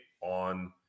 on